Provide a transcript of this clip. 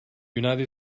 united